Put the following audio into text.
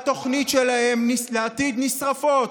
שהתוכניות שלהם לעתיד נשרפות,